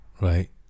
Right